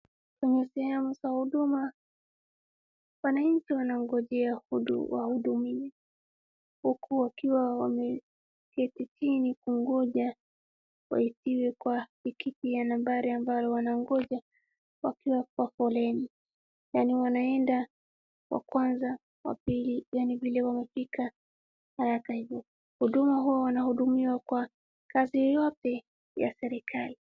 Kuna sehemu za huduma, wananchi wanangojea wahudumiwe huku wakiwa wameketi chini kungoja waitiwe kwa tikiti ya nambari ambayo wanangoja wakiwa kwa foleni. Yaani wanaenda wa kwanza, wa pili yaani vile wamefika haraka hivo. Huduma huwa wanahudumiwa kwa kazi yoyote ya serikali.